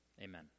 Amen